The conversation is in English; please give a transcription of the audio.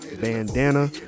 Bandana